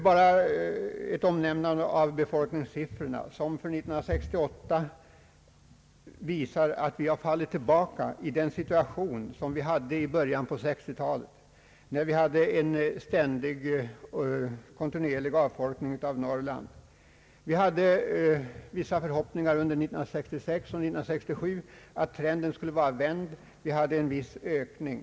Jag vill nämna något om befolkningssiffrorna som för år 1968 visar att vi fallit tillbaka till det läge vi hade i början av 1960-talet med en ständig, kontinuerlig avfolkning av Norrland: Under åren 1966 och 1967 hyste vi vissa förhoppningar om att denna trend skulle ha vänt sig, ty vi hade då en viss befolkningsökning.